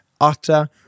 utter